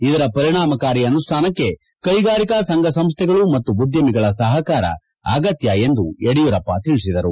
ಇದರ ಪರಿಣಾಮಕಾರಿ ಅನುಷ್ಠಾನಕ್ಕೆ ಕೈಗಾರಿಕಾ ಸಂಘ ಸಂಸ್ಥೆಗಳು ಮತ್ತು ಉದ್ಯಮಿಗಳ ಸಹಕಾರ ಅಗತ್ಯ ಎಂದು ಯಡಿಯೂರವ್ವ ತಿಳಿಸಿದರು